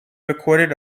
recorded